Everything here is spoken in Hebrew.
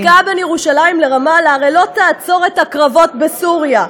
עסקה בין ירושלים לרמאללה הרי לא תעצור את הקרבות בסוריה.